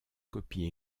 copie